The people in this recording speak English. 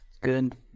good